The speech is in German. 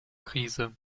krise